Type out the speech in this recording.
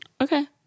Okay